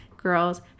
girls